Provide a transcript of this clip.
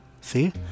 see